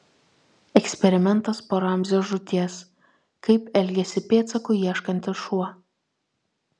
eksperimentas po ramzio žūties kaip elgiasi pėdsakų ieškantis šuo